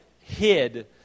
hid